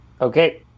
Okay